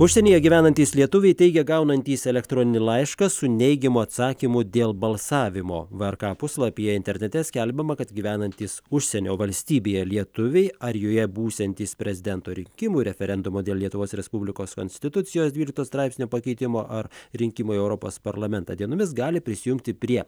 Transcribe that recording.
užsienyje gyvenantys lietuviai teigia gaunantys elektroninį laišką su neigiamu atsakymu dėl balsavimo vrk puslapyje internete skelbiama kad gyvenantys užsienio valstybėje lietuviai ar joje būsiantys prezidento rinkimų referendumo dėl lietuvos respublikos konstitucijos dvylikto straipsnio pakeitimo ar rinkimų į europos parlamentą dienomis gali prisijungti prie